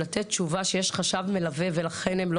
לתת תשובה שיש חשב מלווה ובינתיים הם לא